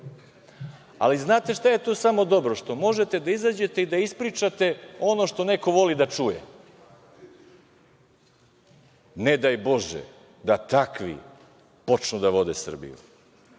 li šta je tu samo dobro? Što možete da izađete i da ispričate ono što neko voli da čuje. Ne daj bože da takvi počnu da vode Srbiju,